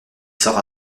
sort